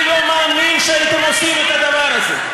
אני לא מאמין שאתם עושים את הדבר הזה,